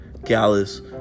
Gallus